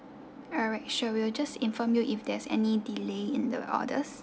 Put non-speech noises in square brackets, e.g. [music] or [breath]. alright sure we will just inform you if there's any delay in the orders [breath]